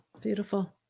Beautiful